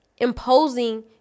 imposing